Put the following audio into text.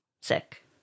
sick